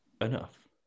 enough